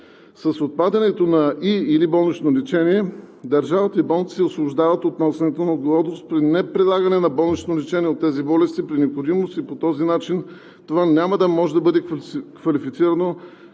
С отпадането на „и/или“ болнично лечение държавата и болниците се освобождават от носенето на отговорност при неприлагане на болнично лечение от тези болести при необходимост и по този начин това няма да може квалифицирано